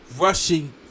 rushing